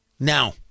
Now